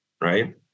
right